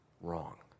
wrong